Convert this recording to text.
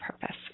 purpose